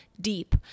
deep